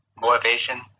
motivation